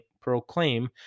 proclaim